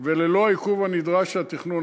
וללא העיכוב הנדרש של התכנון.